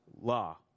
law